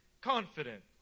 confident